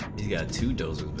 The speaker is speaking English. to get too